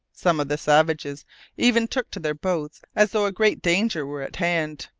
some of the savages even took to their boats as though a great danger were at hand.